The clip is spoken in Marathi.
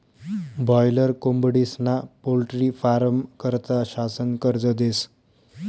बाॅयलर कोंबडीस्ना पोल्ट्री फारमं करता शासन कर्ज देस